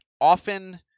often